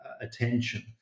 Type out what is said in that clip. attention